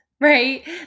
right